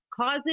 causes